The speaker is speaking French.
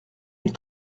ils